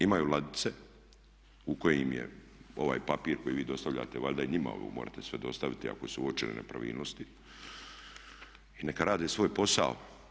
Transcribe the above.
Imaju ladice u kojim je ovaj papir koji vi dostavljate, valjda i njima ovo morate sve dostaviti ako su uočene nepravilnosti i neka rade svoj posao.